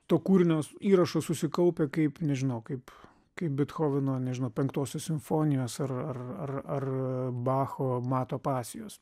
to kūrinio įrašų susikaupę kaip nežinau kaip kaip bethoveno nežinau penktosios simfonijos ar ar ar ar bacho mato pasijos